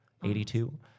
82